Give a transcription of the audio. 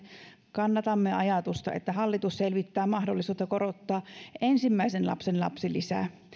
kannatamme ajatusta että hallitus selvittää mahdollisuutta korottaa ensimmäisen lapsen lapsilisää